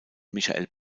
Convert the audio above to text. michael